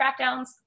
crackdowns